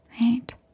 right